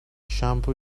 shampoo